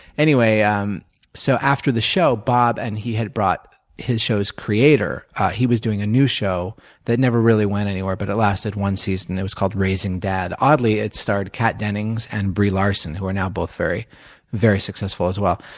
anyway, um so, after the show, bob and he had brought his show's creator he was doing a new show that never really went anywhere but it lasted one season. it was called, raising dad. oddly, it starred cat dennings and brie larson who are now very very successful people, as well.